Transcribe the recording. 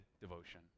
devotion